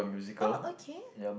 oh okay